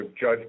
judge